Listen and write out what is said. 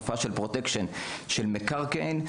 Protection של מקרקעין,